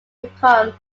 become